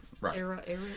Right